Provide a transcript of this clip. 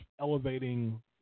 elevating